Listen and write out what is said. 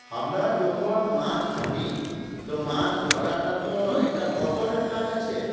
আমরা যখন মাছ ধরি তো মাছ ধরাটা তো একটা বতরের কাজ আছে